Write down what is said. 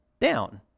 down